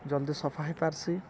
ଜଲ୍ଦି ସଫା ହେଇ ପାର୍ସି